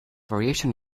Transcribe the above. variation